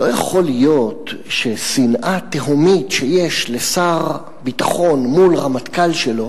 לא יכול להיות ששנאה תהומית שיש לשר ביטחון לרמטכ"ל שלו